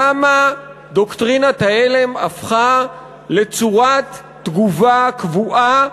למה דוקטרינת ההלם הפכה לצורת תגובה קבועה